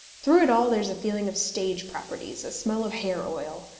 through it all there is a feeling of stage properties, a smell of hair-oil,